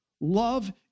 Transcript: love